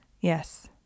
Yes